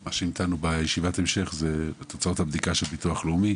מה שהמתנו לו לישיבת ההמשך זה תוצאות הבדיקה של ביטוח לאומי.